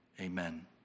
Amen